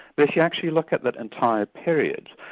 but if you actually look at the entire period,